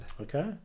Okay